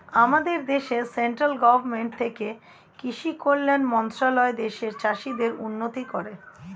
আমাদের দেশে central government থেকে কৃষি কল্যাণ মন্ত্রণালয় দেশের চাষীদের উন্নতি করে